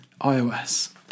iOS